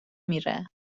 میره